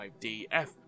5DF